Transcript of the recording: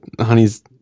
Honey's